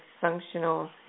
functional